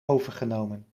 overgenomen